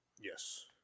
Yes